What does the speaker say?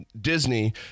Disney